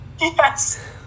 Yes